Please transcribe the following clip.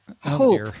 hope